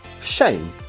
shame